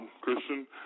Christian